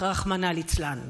רחמנא ליצלן.